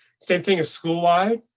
same thing is schoolwide.